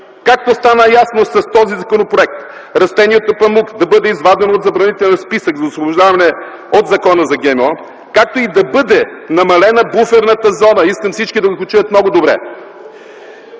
„Както стана ясно, с този законопроект растението памук да бъде извадено от забранителния списък за освобождаване от Закона за ГМО, както и да бъде намалена буферната зона – искам всички да го чуят много добре